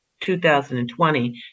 2020